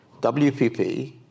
WPP